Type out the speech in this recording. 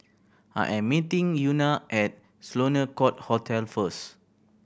I am meeting Euna at Sloane Court Hotel first